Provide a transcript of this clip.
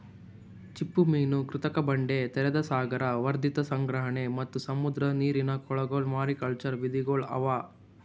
ಚಿಪ್ಪುಮೀನು, ಕೃತಕ ಬಂಡೆ, ತೆರೆದ ಸಾಗರ, ವರ್ಧಿತ ಸಂಗ್ರಹಣೆ ಮತ್ತ್ ಸಮುದ್ರದ ನೀರಿನ ಕೊಳಗೊಳ್ ಮಾರಿಕಲ್ಚರ್ ವಿಧಿಗೊಳ್ ಅವಾ